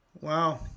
Wow